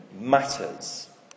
matters